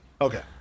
Okay